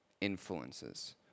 influences